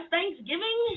Thanksgiving